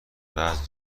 وزن